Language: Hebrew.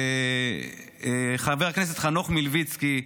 חברי הכנסת חנוך מלביצקי,